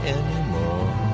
anymore